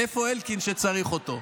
איפה אלקין כשצריך אותו?